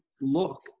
look